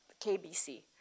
KBC